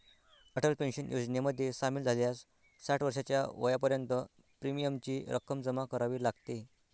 Atal pension योजनेमध्ये सामील झाल्यास साठ वर्षाच्या वयापर्यंत प्रीमियमची रक्कम जमा करावी लागते